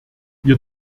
wir